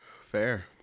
Fair